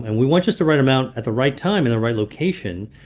and we want just the right amount at the right time in the right location,